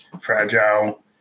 Fragile